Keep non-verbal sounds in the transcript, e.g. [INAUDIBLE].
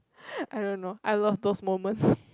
[LAUGHS] I don't know I love those moments [BREATH]